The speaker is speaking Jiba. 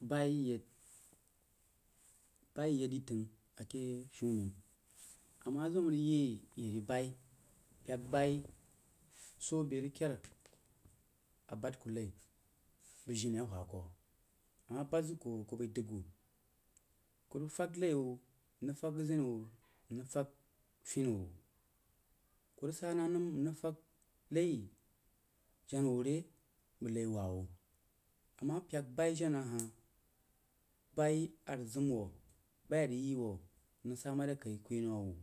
Baií yeid baií yeid de təng ake shumen amma zium a rig yi bayi pyek bayi soo beh rig keid a bad ku nai bəg jini a hwa koh ama bad zəg ku, ku bai dəg wuh, ku rig fəg nai wuh, nrig fəg aʒini wuh, nrig fəg funi wuh, ku rig sa na nəm nrig fəg nai enna wuh re bəg nai wah-wuh ama pyek bayi jena-ha bayi a rig zim wuoh, baií a rig yi wuh nrig sa mare kaí ku yi nəm a wuh